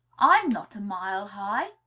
i'm not a mile high,